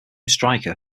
striker